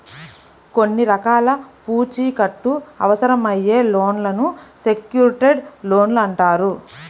కొన్ని రకాల పూచీకత్తు అవసరమయ్యే లోన్లను సెక్యూర్డ్ లోన్లు అంటారు